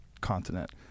continent